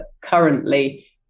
currently